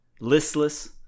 Listless